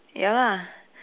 ya lah